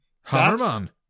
hammerman